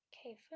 Okay